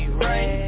right